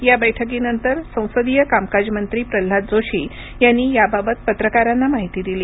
या बैठकीनंतर संसदीय कामकाज मंत्री प्रह्नाद जोशी यांनी याबाबत पत्रकारांना माहिती दिली